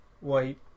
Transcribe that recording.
white